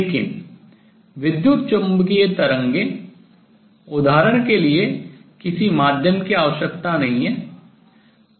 लेकिन विद्युत चुम्बकीय तरंगें उदाहरण के लिए किसी माध्यम की आवश्यकता नहीं है